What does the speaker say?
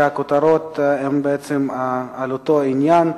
שהכותרות שלהן בעצם על אותו עניין.